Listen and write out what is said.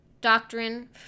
doctrine